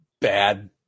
bad